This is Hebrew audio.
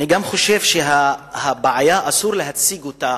אני גם חושב שהבעיה, אסור להציג אותה